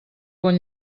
bon